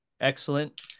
excellent